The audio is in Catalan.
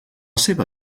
seva